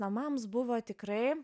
namams buvo tikrai